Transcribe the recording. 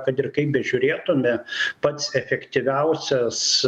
kad ir kaip bežiūrėtume pats efektyviausias